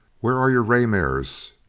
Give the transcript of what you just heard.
where are your ray mirrors?